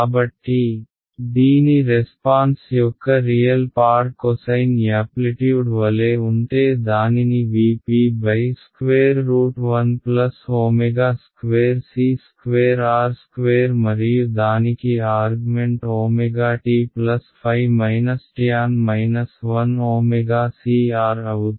కాబట్టి దీని రెస్పాన్స్ యొక్క రియల్ పార్ట్ కొసైన్ యాప్లిట్యూడ్ వలె ఉంటే దానిని V p√1 ω ² C ² R ² మరియు దానికి argument ω t ϕ tan 1 ω c R అవుతుంది